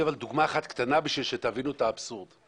דוגמה אחת קטנה בשביל שתבינו את האבסורד.